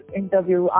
interview